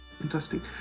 Interesting